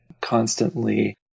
constantly